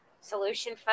Solution